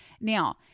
Now